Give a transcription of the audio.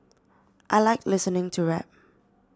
I like listening to rap